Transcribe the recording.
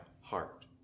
heart